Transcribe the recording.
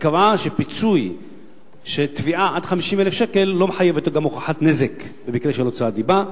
וקבעה שתביעה עד 50,000 שקל לא מחייבת הוכחת נזק במקרה של הוצאת דיבה,